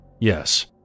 Yes